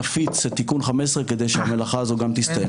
נפיץ תיקון 15 כדי שהמלאכה הזו גם תסתיים.